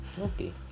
Okay